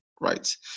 right